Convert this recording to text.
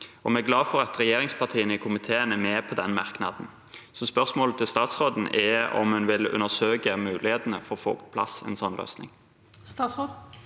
Vi er glade for at regjeringspartiene i komiteen er med på den merknaden. Spørsmålet til statsråden er om hun vil undersøke mulighetene for å få på plass en sånn løsning.